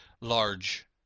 large